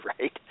right